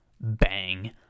bang